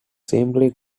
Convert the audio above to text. simply